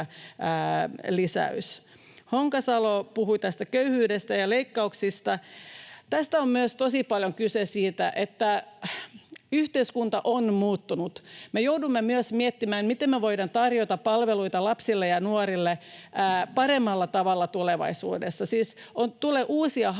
Honkasalo puhui köyhyydestä ja leikkauksista. Tässä on myös tosi paljon kyse siitä, että yhteiskunta on muuttunut. Me joudumme myös miettimään, miten me voidaan tarjota palveluita lapsille ja nuorille paremmalla tavalla tulevaisuudessa, siis tulee uusia haasteita,